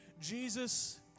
Jesus